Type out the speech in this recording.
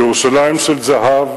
ירושלים של זהב,